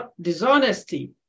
dishonesty